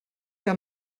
que